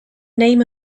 name